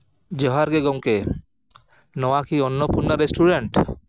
ᱡᱚᱦᱟᱨ ᱜᱮ ᱜᱚᱢᱠᱮ ᱱᱚᱣᱟᱠᱤ ᱚᱨᱱᱚᱯᱩᱨᱱᱟ ᱨᱮᱥᱴᱩᱨᱮᱱᱴ